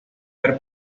ver